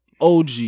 OG